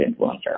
influencer